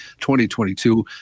2022